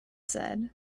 said